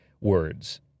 words